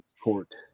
court